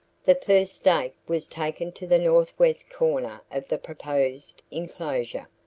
the first stake was taken to the northwest corner of the proposed inclosure.